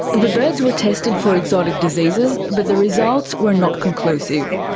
the birds were tested for exotic diseases, but the results were not conclusive.